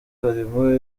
harimo